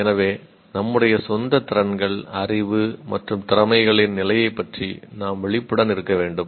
எனவே நம்முடைய சொந்த திறன்கள் அறிவு மற்றும் திறமைகளின் நிலை யைப் பற்றி நாம் விழிப்புடன் இருக்க வேண்டும்